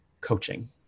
coaching